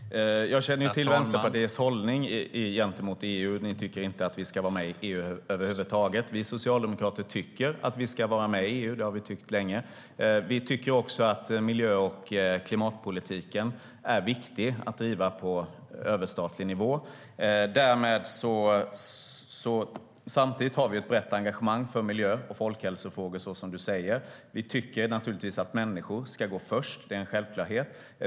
Herr talman! Jag känner till Vänsterpartiets hållning gentemot EU. Ni tycker inte att vi ska vara med i EU över huvud taget. Vi socialdemokrater tycker att vi ska vara med i EU; det har vi tyckt länge. Vi tycker också att miljö och klimatpolitiken är viktig att driva på överstatlig nivå. Samtidigt har vi ett brett engagemang för miljö och folkhälsofrågor, som du säger. Vi tycker naturligtvis att människor ska gå först. Det är en självklarhet.